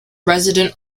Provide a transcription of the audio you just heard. resident